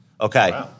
Okay